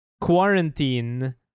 quarantine